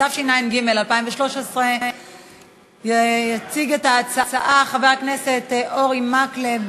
התשע"ג 2013. יציג את ההצעה חבר הכנסת אורי מקלב,